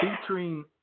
Featuring